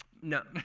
no,